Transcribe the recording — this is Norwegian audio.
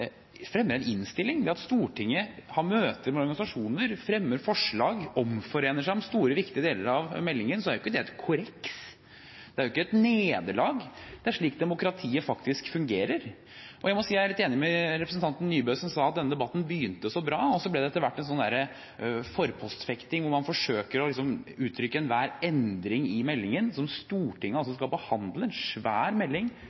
en innstilling, Stortinget har møter med organisasjoner, man fremmer forslag, omforenes om store, viktige deler av meldingen, er jo ikke det en korreks, det er jo ikke et nederlag, det er slik demokratiet faktisk fungerer. Og jeg må si jeg er litt enig med representanten Nybø, som sa at denne debatten begynte så bra. Så ble det etter hvert en slags forpostfektning hvor man forsøker å gi inntrykk av at enhver endring av meldingen som Stortinget skal behandle – en svær melding,